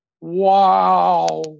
Wow